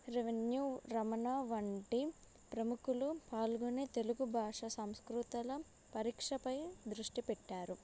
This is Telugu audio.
రెవెన్యూ రమణ వంటి ప్రముఖలు పాల్గొనే తెలుగు భాష సంస్కృతల పరీక్షపై దృష్టి పెట్టారు